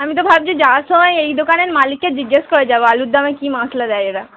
আমি তো ভাবছি যাওয়ার সময় এই দোকানের মালিককে জিজ্ঞেস করে যাবো আলুরদমে কী মশলা দেয় এরা